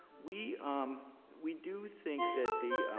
we um we do think that the